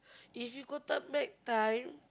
if you could turn back time